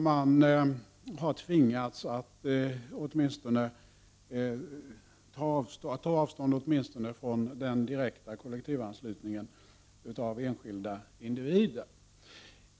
Man har tvingats att ta avstånd från åtminstone den direkta kollektivanslutningen av enskilda individer.